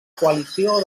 coalició